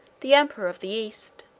the emperor of the east.